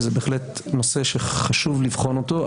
זה בהחלט נושא שחשוב לבחון אותו.